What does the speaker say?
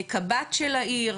קב"ט של העיר,